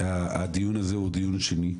הדיון הזה הוא הדיון השני,